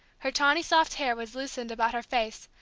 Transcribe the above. her tawny soft hair was loosened about her face,